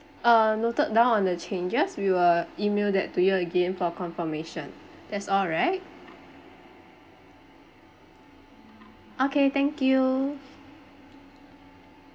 uh noted down on the changes we will E-mail that to you again for confirmation that's all right okay thank you